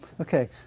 Okay